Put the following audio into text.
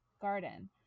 garden